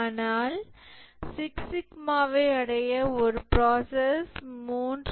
ஆனால் சிக்ஸ் சிக்மாவை அடைய ஒரு பிராசஸ் 3